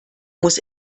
muss